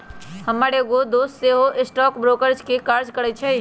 हमर एगो दोस सेहो स्टॉक ब्रोकर के काज करइ छइ